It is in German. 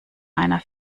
einer